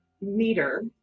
meter